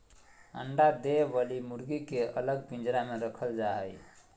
अंडा दे वली मुर्गी के अलग पिंजरा में रखल जा हई